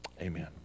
Amen